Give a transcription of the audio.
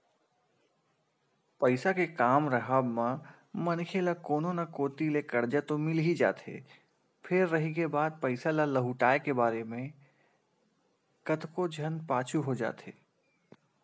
पइसा के काम राहब म मनखे ल कोनो न कोती ले करजा तो मिल ही जाथे फेर रहिगे बात पइसा ल लहुटाय के बेरा म कतको झन पाछू हो जाथे